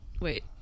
Wait